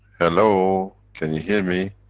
hello? can you hear me?